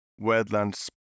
wetlands